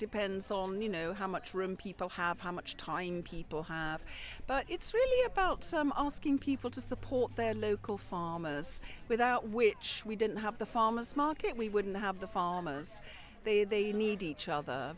depends on you know how much room people have how much time people have but it's really about some asking people to support their local farmers without which we didn't have the farmer's market we wouldn't have the farmers they they need each other